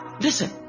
Listen